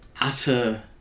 utter